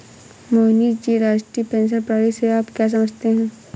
मोहनीश जी, राष्ट्रीय पेंशन प्रणाली से आप क्या समझते है?